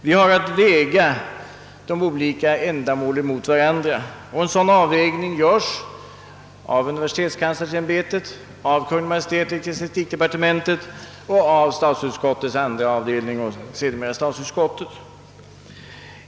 Vi har att väga de olika ändamålen emot varandra, och en sådan avvägning har nu gjorts av universitetskanslersämbetet, av Kungl. Maj:t i ecklesistikdepartementet, av statsutskottets andra avdelning och slutligen av statsutskottet.